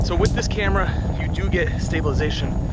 so with this camera you do get stabilization,